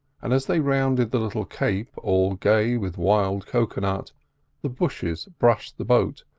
and as they rounded the little cape all gay with wild cocoa-nut the bushes brushed the boat,